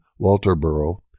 Walterboro